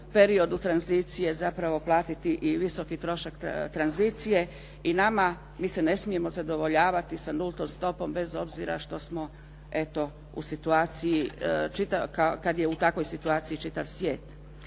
periodu tranzicije zapravo platiti i visoki trošak tranzicije i nama, mi se ne smijemo zadovoljavati sa nultom stopom, bez obzira što smo eto, kada je u takvoj situaciji čitav svijet.